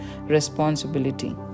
responsibility